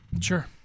Sure